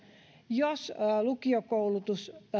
jos lukiokoulutus